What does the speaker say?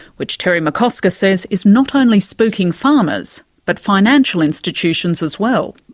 which terry mccosker says is not only spooking farmers but financial institutions as well.